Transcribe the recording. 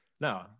No